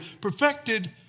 perfected